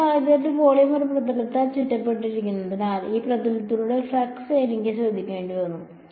ഈ സാഹചര്യത്തിൽ വോളിയം ഒരു പ്രതലത്താൽ ചുറ്റപ്പെട്ടതിനാൽ ആ പ്രതലത്തിലൂടെയുള്ള ഫ്ളക്സ് എനിക്ക് ശ്രദ്ധിക്കേണ്ടി വന്നു